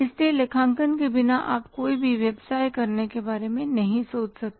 इसलिए लेखांकन के बिना आप कोई भी व्यवसाय करने के बारे में नहीं सोच सकते